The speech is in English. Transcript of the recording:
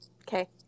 Okay